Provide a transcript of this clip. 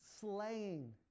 slaying